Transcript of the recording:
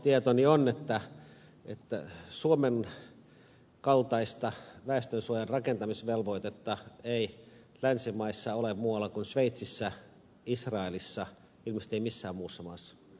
ennakkotietoni on että suomen kaltaista väestönsuojan rakentamisvelvoitetta ei länsimaissa ole muualla kuin sveitsissä ja israelissa ilmeisesti ei missään muussa maassa